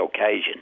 occasion